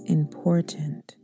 important